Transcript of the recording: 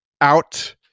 out